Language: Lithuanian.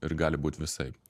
ir gali būt visaip